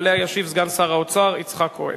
ישיב עליה סגן שר האוצר יצחק כהן.